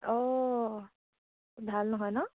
অঁ ভাল নহয় ন